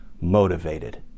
motivated